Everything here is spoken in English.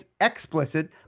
explicit